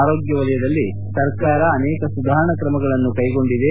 ಆರೋಗ್ಯ ಕ್ಷೇತ್ರದಲ್ಲಿ ಸರ್ಕಾರ ಅನೇಕ ಸುಧಾರಣಾ ಕ್ರಮಗಳನ್ನು ಕೈಗೊಂಡಿದೆ